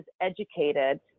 educated